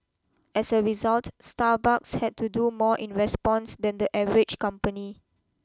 as a result Starbucks had to do more in response than the average company